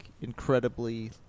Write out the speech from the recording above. incredibly –